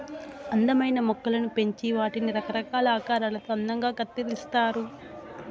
అందమైన మొక్కలను పెంచి వాటిని రకరకాల ఆకారాలలో అందంగా కత్తిరిస్తారు